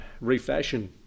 refashion